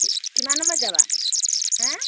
কিমান সময়ত যাবা হে